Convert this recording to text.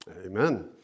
Amen